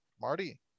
Marty